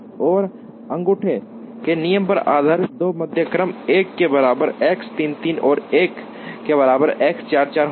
तो अंगूठे के नियम पर आधारित दो मध्यक्रम 1 के बराबर X 3 3 और 1 के बराबर X 4 4 होंगे